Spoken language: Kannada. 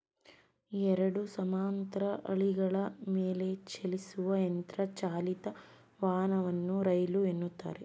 ಎರಡು ಸಮಾನಾಂತರ ಹಳಿಗಳ ಮೇಲೆಚಲಿಸುವ ಯಂತ್ರ ಚಾಲಿತ ವಾಹನವನ್ನ ರೈಲು ಎನ್ನುತ್ತಾರೆ